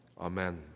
Amen